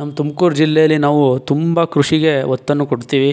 ನಮ್ಮ ತುಮಕೂರು ಜಿಲ್ಲೆಲಿ ನಾವು ತುಂಬ ಕೃಷಿಗೆ ಒತ್ತನ್ನು ಕೊಡ್ತೀವಿ